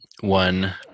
one